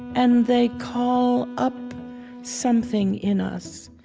and they call up something in us,